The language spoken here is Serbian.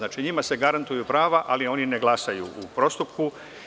Njima se garantuju prava, ali oni ne glasaju u postupku.